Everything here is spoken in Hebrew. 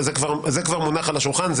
זה כבר מונח על השולחן.